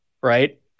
Right